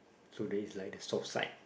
so there is like the soft side